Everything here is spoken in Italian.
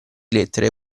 lettere